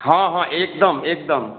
हँ हँ एकदम एकदम